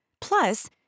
Plus